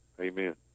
amen